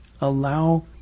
allow